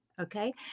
okay